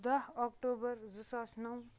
دہ اوٚکٹوٗبر زٕ ساس نَو